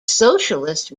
socialist